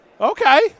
okay